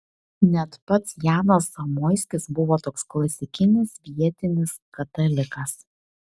net pats janas zamoiskis buvo toks klasikinis vietinis katalikas